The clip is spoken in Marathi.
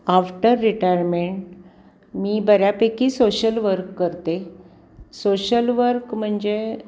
आफ्टर रिटायरमेंट मी बऱ्यापैकी सोशल वर्क करते सोशल वर्क म्हणजे